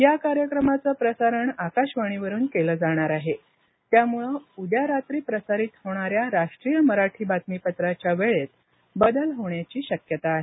या कार्यक्रमाचं प्रसारण आकाशवाणीवरून केलं जाणार आहे त्यामुळे उद्या रात्री प्रसारित होणाऱ्या राष्ट्रीय मराठी बातमीपत्राच्या वेळेत बदल होण्याची शक्यता आहे